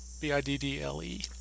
B-I-D-D-L-E